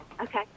Okay